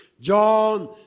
John